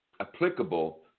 Applicable